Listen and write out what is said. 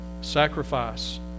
sacrifice